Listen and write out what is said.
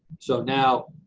so now,